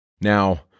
Now